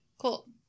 Cool